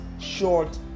short